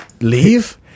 Leave